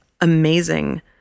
amazing